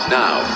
now